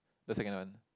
the second one